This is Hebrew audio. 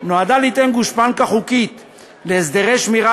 נועדה ליתן גושפנקה חוקית להסדרי שמירה